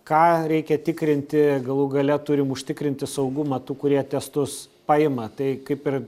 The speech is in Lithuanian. ką reikia tikrinti galų gale turim užtikrinti saugumą tų kurie testus paima tai kaip ir